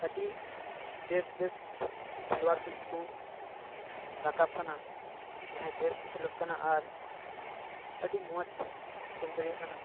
ᱟᱹᱰᱤ ᱵᱮᱥ ᱵᱮᱥ ᱠᱷᱮᱞᱣᱟᱲ ᱠᱚᱡ ᱠᱚ ᱨᱟᱠᱟᱵ ᱠᱟᱱᱟ ᱟᱨ ᱡᱟᱦᱟᱸᱭ ᱵᱮᱥ ᱠᱚ ᱠᱷᱮᱞᱚᱜ ᱠᱟᱱᱟ ᱟᱨ ᱟᱹᱰᱤ ᱢᱚᱡᱽ ᱠᱷᱮᱞ ᱫᱟᱲᱮᱭᱟᱜ ᱠᱟᱱᱟ